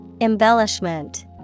Embellishment